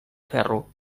ferro